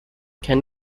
can